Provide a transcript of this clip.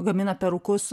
gamina perukus